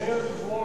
אדוני היושב-ראש,